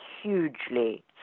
hugely